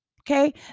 okay